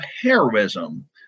heroism